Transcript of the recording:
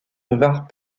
devinrent